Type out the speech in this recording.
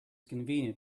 convenient